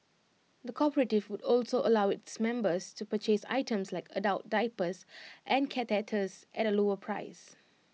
the cooperative would also allow its members to purchase items like adult diapers and catheters at A lower price